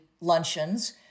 luncheons